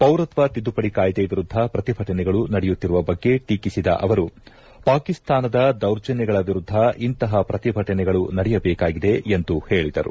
ಪೌರತ್ವ ತಿದ್ದುಪಡಿ ಕಾಯ್ದೆ ವಿರುದ್ದ ಪ್ರತಿಭಟನೆಗಳು ನಡೆಯುತ್ತಿರುವ ಬಗ್ಗೆ ಟೀಕಿಸಿದ ಅವರು ಪಾಕಿಸ್ತಾನದ ದೌರ್ಜನ್ಗಗಳ ವಿರುದ್ದ ಇಂತಹ ಪ್ರತಿಭಟನೆಗಳು ನಡೆಯಬೇಕಾಗಿದೆ ಎಂದು ಹೇಳಿದರು